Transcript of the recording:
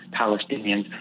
Palestinians